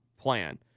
plan